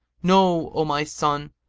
know o my son,